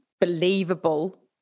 believable